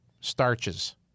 starches